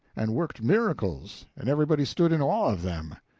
and worked miracles, and everybody stood in awe of them.